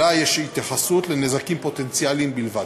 אלא יש התייחסות לנזקים פוטנציאליים בלבד.